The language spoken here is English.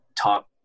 talk